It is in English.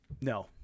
No